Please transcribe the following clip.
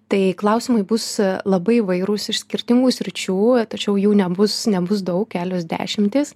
tai klausimai bus labai įvairūs iš skirtingų sričių tačiau jų nebus nebus daug kelios dešimtys